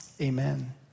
Amen